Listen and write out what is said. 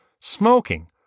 smoking